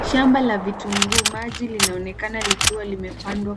Shamba la vitunguu maji linaonekana likiwa limepandwa